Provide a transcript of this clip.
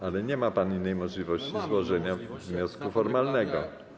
Ale nie ma pan innej możliwości złożenia wniosku formalnego.